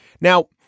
Now